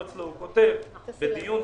אנחנו חיים בעולם מאוד דינאמי.